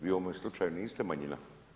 Vi u ovome slučaju niste manjina.